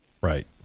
right